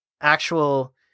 actual